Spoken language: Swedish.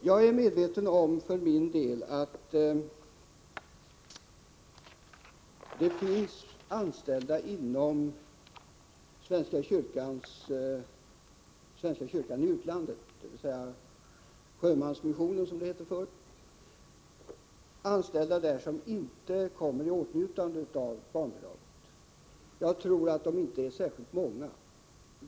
Jag är för min del medveten om att det finns anställda inom svenska kyrkan i utlandet — sjömanskyrkan, som det hette förr — som inte kommer i åtnjutande av barnbidraget. Jag tror inte att de är särskilt många.